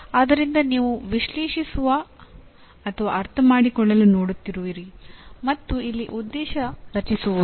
ಆದ್ದರಿಂದ ನೀವು ವಿಶ್ಲೇಷಿಸಲು ಅಥವಾ ಅರ್ಥಮಾಡಿಕೊಳ್ಳಲು ನೋಡುತ್ತಿರುವಿರಿ ಮತ್ತು ಇಲ್ಲಿ ಉದ್ದೇಶ "ರಚಿಸುವುದು"